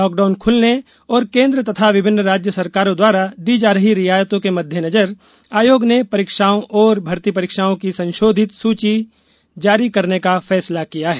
lockdown खुलने और केंद्र तथा विभिन्न राज्य सरकारों द्वारा दी जा रही रियायतों के मद्देनजर आयोग ने परीक्षाओं और भर्ती परीक्षाओं की संशोधित सुची जारी करने का फैसला किया है